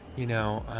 you know,